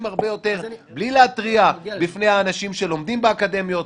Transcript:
הרבה יותר בלי להתריע בפני האנשים שלומדים באקדמיות,